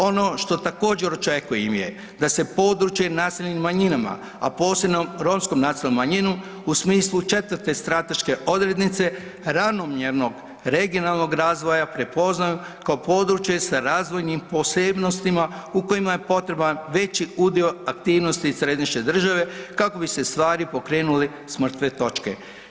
Ono što također očekujem je da se područje naseljeno manjinama a posebno romskom nacionalnom manjinom u smislu 4. strateške odrednice, ravnomjernog regionalnog razvoja prepoznaju kao područje sa razvojnim posebnostima u kojima je potreban veći udio aktivnosti središnje države kako bi se stvari pokrenule s mrtve točke.